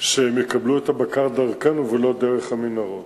שהם יקבלו את הבקר דרכנו ולא דרך המנהרות,